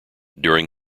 during